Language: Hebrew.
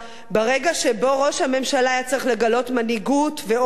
שבו ראש הממשלה היה צריך לגלות מנהיגות ואומץ לב,